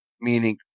Meaning